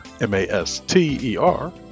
M-A-S-T-E-R